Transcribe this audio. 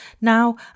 Now